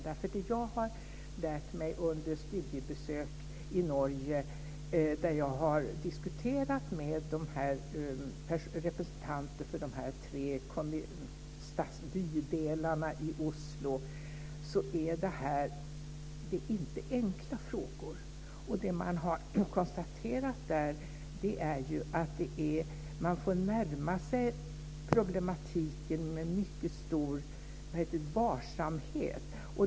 Det som jag har lärt mig under studiebesök i Norge, där jag har diskuterat med representanter för tre bydelar i Oslo, är att detta inte är enkla frågor. Det som man har konstaterat där är att man får närma sig problematiken med mycket stor varsamhet.